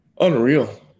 unreal